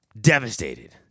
devastated